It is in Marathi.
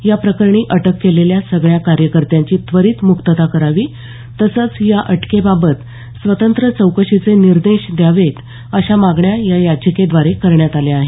या प्रकरणी अटक केलेल्या सगळ्या कार्यकर्त्यांची त्वरित मुक्तता करावी तसंच या अटकेबाबत स्वतंत्र चौकशीचे निर्देश द्यावेत अशा मागण्या या याचिकेद्वारे करण्यात आल्या आहेत